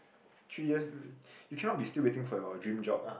three years you cannot be still waiting for your dream job